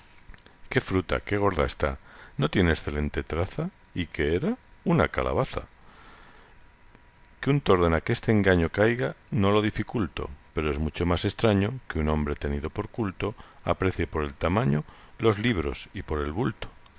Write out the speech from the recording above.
qué fruta qué gorda está no tiene excelente traza y qué era una calabaza que un tordo en aqueste engaño caiga no lo dificulto pero es mucho más extraño que hombre tenido por culto aprecie por el tamaño los libros y por el bulto